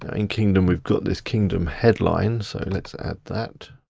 in kingdom, we've got this kingdom headline. so let's add that.